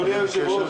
הכסף חזר לחברה במדינת